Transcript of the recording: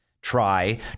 try